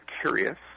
curious